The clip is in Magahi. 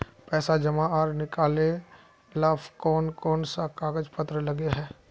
पैसा जमा आर निकाले ला कोन कोन सा कागज पत्र लगे है?